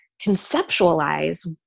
conceptualize